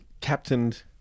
Captained